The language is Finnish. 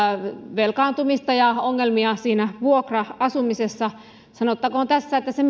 velkaantumista ja ongelmia vuokra asumisessa sanottakoon tässä että se